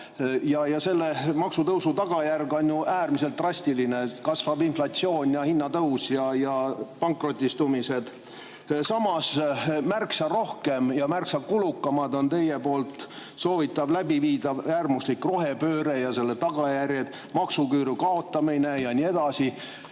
Selle maksutõusu tagajärg on ju äärmiselt drastiline: kasvab inflatsioon ja hinnatõus ja pankrotistumine. Samas märksa kulukamad on teie poolt soovitav, läbiviidav äärmuslik rohepööre oma tagajärgedega, maksuküüru kaotamine ja nii edasi.